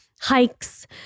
hikes